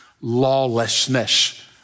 lawlessness